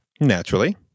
Naturally